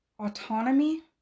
autonomy